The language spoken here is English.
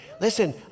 Listen